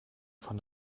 von